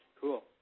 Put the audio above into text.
Cool